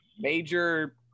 Major